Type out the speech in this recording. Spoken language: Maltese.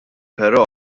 pero